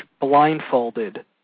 blindfolded